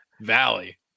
valley